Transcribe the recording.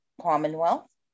Commonwealth